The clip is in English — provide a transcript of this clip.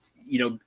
you know,